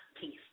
Peace